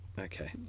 Okay